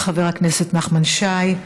חבר הכנסת נחמן שי.